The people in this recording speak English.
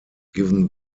given